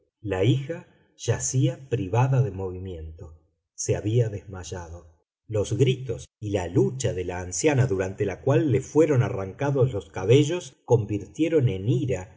la hija yacía privada de movimiento se había desmayado los gritos y la lucha de la anciana durante la cual le fueron arrancados los cabellos convirtieron en ira